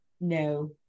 No